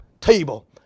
table